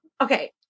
okay